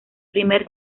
primer